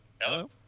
Hello